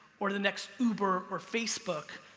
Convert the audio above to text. or the next uber or facebook,